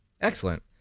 Excellent